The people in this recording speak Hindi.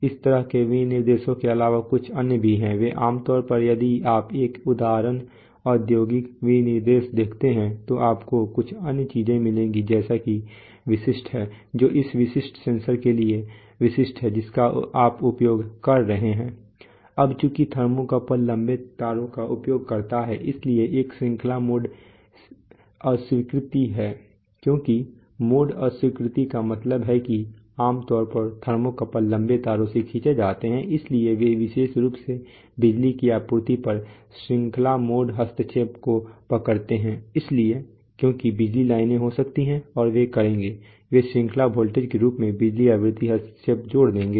इस तरह के विनिर्देशों के अलावा कुछ अन्य भी हैं वे आम तौर पर यदि आप एक उदाहरण औद्योगिक विनिर्देश देखते हैं तो आपको कुछ अन्य चीजें मिलेंगी जैसे कि जो विशिष्ट हैं जो उस विशेष सेंसर के लिए विशिष्ट हैं जिसका आप उपयोग कर रहे हैं अब चूंकि थर्मोकपल लंबे तारों का उपयोग करते हैं इसलिए एक श्रृंखला मोड अस्वीकृति है क्योंकि मोड अस्वीकृति का मतलब है कि आमतौर पर थर्मोकपल लंबे तारों से खींचे जाते हैं इसलिए वे विशेष रूप से बिजली की आवृत्ति पर श्रृंखला मोड हस्तक्षेप को पकड़ते हैं इसलिए क्योंकि बिजली लाइनें हो सकती हैं और वे करेंगे वे श्रृंखला वोल्टेज के रूप में बिजली आवृत्ति हस्तक्षेप जोड़ देंगे